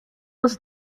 was